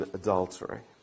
adultery